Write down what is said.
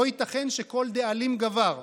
לא ייתכן שכל דאלים גבר.